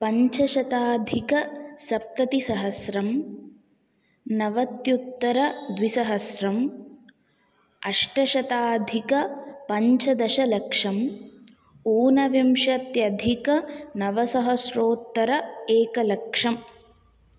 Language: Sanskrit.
पञ्चशताधिक सप्ततिसहस्रम् नवत्युत्तरद्विसहस्रम् अष्टशताधिक पञ्चदशलक्षम् ऊनविंशत्यधिक नवसहस्रोत्तर एकलक्षम्